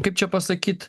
kaip čia pasakyti